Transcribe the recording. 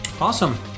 Awesome